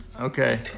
Okay